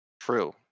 True